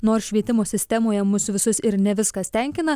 nors švietimo sistemoje mus visus ir ne viskas tenkina